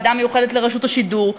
ועדה מיוחדת לרשות השידור.